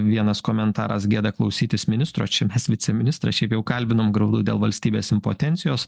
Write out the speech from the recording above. vienas komentaras gėda klausytis ministro čia mes viceministrą šiaip jau kalbinom graudu dėl valstybės impotencijos